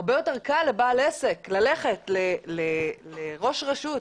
הרבה יותר קל לבעל עסק ללכת לראש רשות